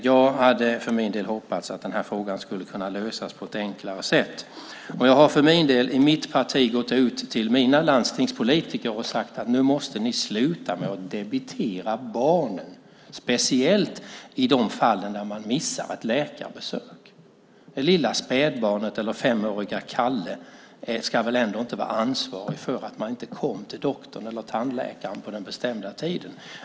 Jag hade för min del hoppats att frågan kunde lösas på ett enklare sätt. Jag har i mitt parti gått ut till mina landstingspolitiker och sagt att de måste sluta att debitera barnen, speciellt i de fall där de missar ett läkarbesök. Det lilla spädbarnet eller femåriga Kalle ska väl ändå inte vara ansvariga för att de inte kom till doktorn eller tandläkaren på den bestämda tiden.